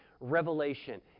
revelation